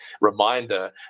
reminder